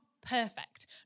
perfect